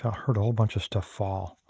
heard a whole bunch of stuff fall.